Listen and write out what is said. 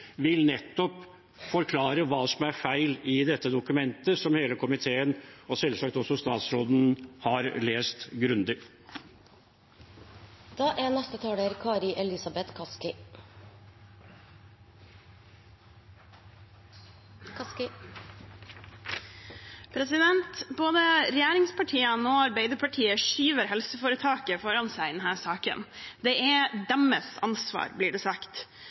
nettopp vil forklare hva som er feil i dette dokumentet, som hele komiteen og selvsagt også statsråden har lest grundig. Både regjeringspartiene og Arbeiderpartiet skyver helseforetaket foran seg i denne saken. Det er deres ansvar, blir det sagt.